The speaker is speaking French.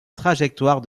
trajectoire